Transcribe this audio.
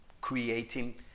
creating